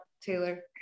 Taylor